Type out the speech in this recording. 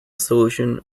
solution